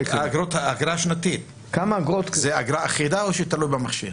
האגרה השנתית היא אגרה אחידה או שזה תלוי במכשיר?